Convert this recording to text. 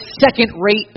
second-rate